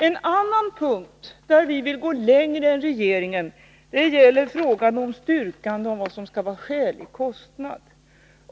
En annan punkt där vi vill gå längre än regeringen gäller frågan om styrkande av vad som skall vara skälig kostnad.